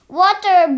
water